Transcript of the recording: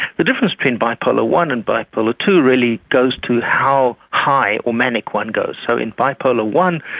the difference between bipolar one and bipolar two really goes to how high or manic one goes. so in bipolar one,